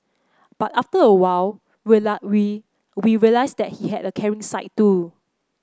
but after a while we we realised that he had a caring side too